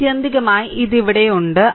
ആത്യന്തികമായി ഇത് അവിടെയുണ്ട്